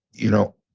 you know,